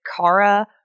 Kara